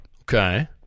Okay